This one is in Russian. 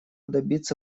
добиться